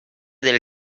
del